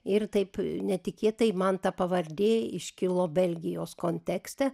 ir taip netikėtai man ta pavardė iškilo belgijos kontekste